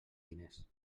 diners